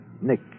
Nick